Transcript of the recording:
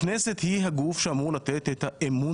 הכנסת היא הגוף שאמור לתת את האמון